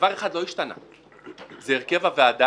דבר אחד לא השתנה, זה הרכב הוועדה,